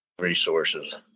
Resources